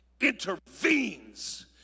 intervenes